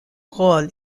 rôle